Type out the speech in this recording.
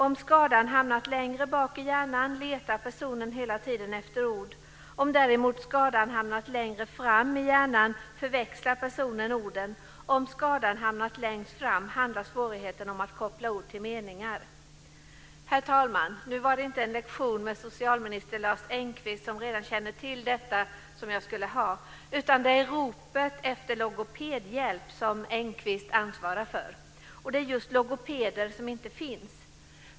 Om skadan hamnat längre bak i hjärnan letar personen hela tiden efter ord. Om däremot skadan hamnat längre fram i hjärnan förväxlar personen orden. Om skadan hamnat längst fram handlar svårigheten om att koppla ihop till meningar. Herr talman! Det var inte en lektion med socialminister Lars Engqvist, som redan känner till detta, som jag skulle ha. Det ropas efter logopedhjälp, och det är sådan hjälp som Engqvist ansvarar för. Det saknas logopeder.